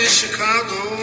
Chicago